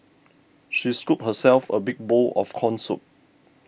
she scooped herself a big bowl of Corn Soup